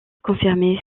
confirmés